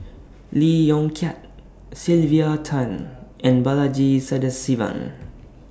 Lee Yong Kiat Sylvia Tan and Balaji Sadasivan